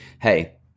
Hey